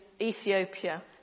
Ethiopia